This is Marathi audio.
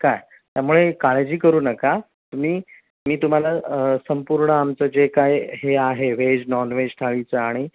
काय त्यामुळे काळजी करू नका तुम्ही मी तुम्हाला संपूर्ण आमचं जे काय हे आहे व्हेज नॉन व्हेज थाळीचं आणि